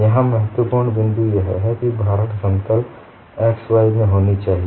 यहाँ महत्वपूर्ण बिंदू यह है कि भारण समतल x y में होनी चाहिए